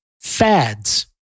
fads